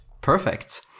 Perfect